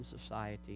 society